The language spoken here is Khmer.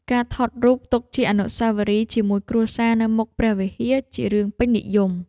ការថតរូបទុកជាអនុស្សាវរីយ៍ជាមួយគ្រួសារនៅមុខព្រះវិហារ ជារឿងពេញនិយម។